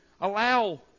allow